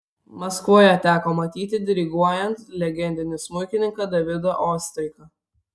maskvoje teko matyti diriguojant legendinį smuikininką davidą oistrachą